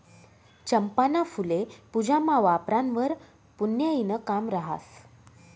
चंपाना फुल्ये पूजामा वापरावंवर पुन्याईनं काम रहास